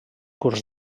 curs